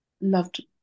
loved